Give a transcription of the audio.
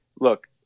look –